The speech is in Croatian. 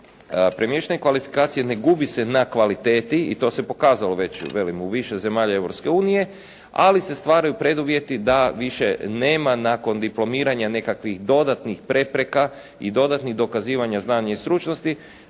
premještanje kvalifikacije ne gubi se na kvaliteti i to se pokazalo već velim u više zemalja Europske unije, ali se stvaraju preduvjeti da više nema nakon diplomiranja nekakvih dodatnih prepreka i dodatnih dokazivanja znanja i stručnosti